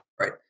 right